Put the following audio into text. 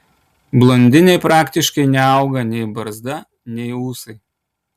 blondinei praktiškai neauga nei barzda nei ūsai